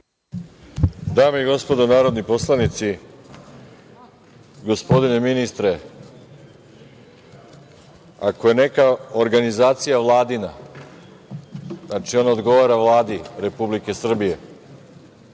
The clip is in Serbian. Dame i gospodo narodni poslanici, gospodine ministre, ako je neka organizacija Vladina, znači, ona odgovara Vladi Republike Srbije,